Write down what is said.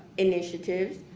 initiatives.